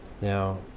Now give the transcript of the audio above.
now